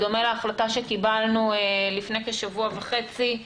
בדומה להחלטה שקיבלנו לפני כשבוע וחצי,